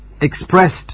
expressed